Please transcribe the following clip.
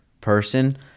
person